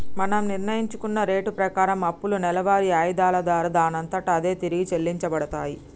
మనం నిర్ణయించుకున్న రేటు ప్రకారం అప్పులు నెలవారి ఆయిధాల దారా దానంతట అదే తిరిగి చెల్లించబడతాయి